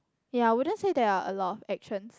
ya I wouldn't say there are a lot of actions